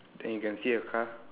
then you can see a car